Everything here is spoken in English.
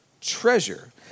treasure